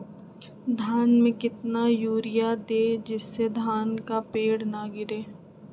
धान में कितना यूरिया दे जिससे धान का पेड़ ना गिरे?